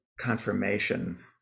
confirmation